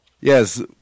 Yes